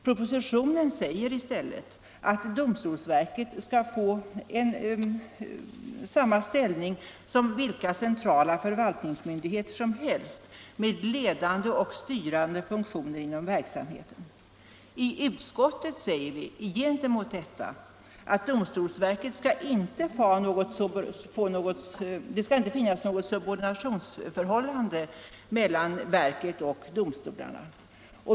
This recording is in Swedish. Propositionen säger i stället att domstolsverket skall få samma ställning som vilka centrala förvaltningsmyndigheter som helst med ledande och styrande funktioner inom verksamheten. I utskottet säger vi gentemot detta att det skall inte finnas något subordinationsförhållande mellan domstolsverket och domstolarna.